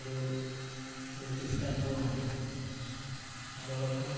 നമുക്കൊരു വ്യത്യസ്ത അനുഭവം ആണ് അതോടപ്പം